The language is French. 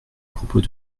propos